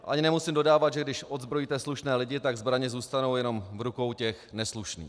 Ani nemusím dodávat, že když odzbrojíte slušné lidi, tak zbraně zůstanou jenom v rukou těch neslušných.